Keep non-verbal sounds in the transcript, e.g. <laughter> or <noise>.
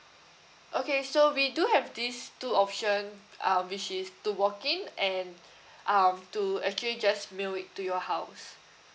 okay so we do have these two option um which is to walk in and <breath> um to actually just mail it to your house